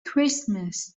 christmas